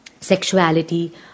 sexuality